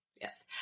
yes